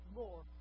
more